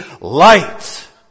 light